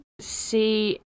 see